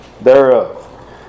thereof